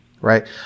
Right